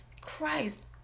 Christ